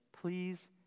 Please